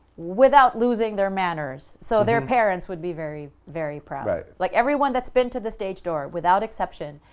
without losing their manners, so their parents would be very very proud. like everyone that's been to the stage door, without exception,